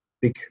big